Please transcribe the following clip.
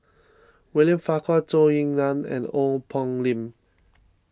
William Farquhar Zhou Ying Nan and Ong Poh Lim